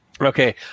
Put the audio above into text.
Okay